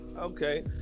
Okay